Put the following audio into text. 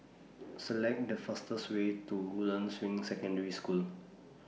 Select The fastest Way to Woodlands Ring Secondary School